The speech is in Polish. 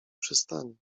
przystani